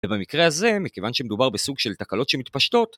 ובמקרה הזה, מכיוון שמדובר בסוג של תקלות שמתפשטות...